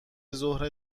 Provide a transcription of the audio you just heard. ظهر